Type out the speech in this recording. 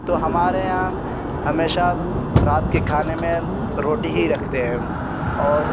تو ہمارے یہاں ہمیشہ رات کے کھانے میں روٹی ہی رکھتے ہیں اور